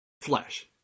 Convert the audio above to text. flesh